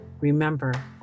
remember